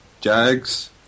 Jags